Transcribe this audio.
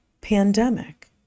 pandemic